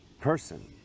person